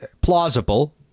plausible